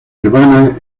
nirvana